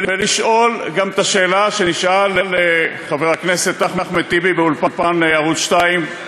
ולשאול גם את השאלה שנשאל חבר הכנסת אחמד טיבי באולפן ערוץ 2,